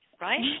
right